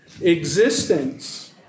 existence